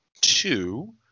two